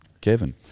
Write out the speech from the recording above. Kevin